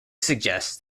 suggests